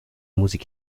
musik